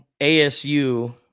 ASU